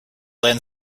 then